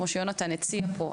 כמו שיונתן הציע פה,